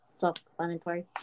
self-explanatory